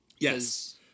Yes